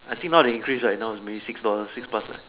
I think now they increase right now is maybe six dollar six plus right